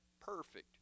perfect